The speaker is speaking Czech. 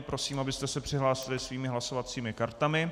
Prosím, abyste se přihlásili svými hlasovacími kartami.